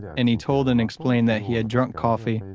and he told and explained that he had drunk coffee,